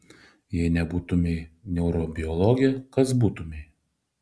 jei nebūtumei neurobiologė kas būtumei